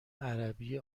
عربی